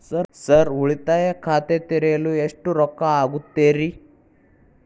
Sir ಉಳಿತಾಯ ಖಾತೆ ತೆರೆಯಲು ಎಷ್ಟು ರೊಕ್ಕಾ ಆಗುತ್ತೇರಿ?